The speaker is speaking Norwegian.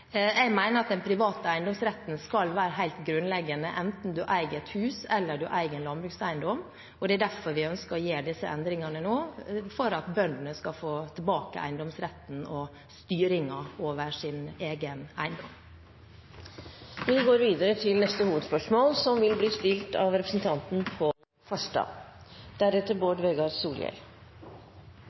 Jeg mener at den private eiendomsretten skal være helt grunnleggende, enten man eier et hus, eller man eier en landbrukseiendom. Derfor ønsker vi å gjøre disse endringene nå, for at bøndene skal få tilbake eiendomsretten og styringen over sin egen eiendom. Vi går til neste hovedspørsmål.